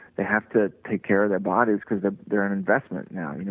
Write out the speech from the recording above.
they have to take care of their bodies, because ah they're and investment now, you know